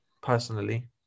personally